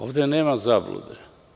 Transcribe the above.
Ovde nema zablude.